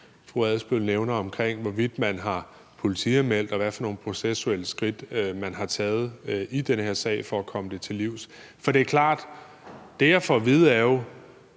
Adsbøl nævner om, hvorvidt man har politianmeldt, og hvad for nogle processuelle skridt, man har taget i den her sag, for at komme det til livs. For det, jeg får at vide, er jo,